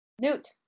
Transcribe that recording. newt